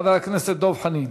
חבר הכנסת דב חנין.